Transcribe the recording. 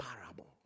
parable